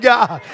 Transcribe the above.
God